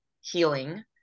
healing